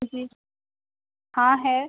جی ہاں ہے